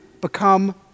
become